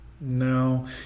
no